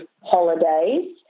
holidays